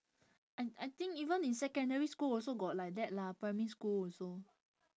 I I think even in secondary school also got like that lah primary school also